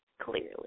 Clearly